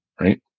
right